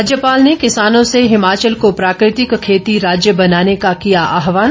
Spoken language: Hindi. राज्यपाल ने किसानों से हिमाचल को प्राकृतिक खेती राज्य बनाने का किया आहवान